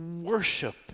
worship